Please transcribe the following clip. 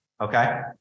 Okay